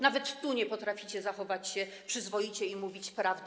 Nawet tu nie potraficie zachować się przyzwoicie i mówić prawdy.